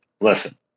listen